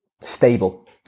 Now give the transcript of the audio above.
stable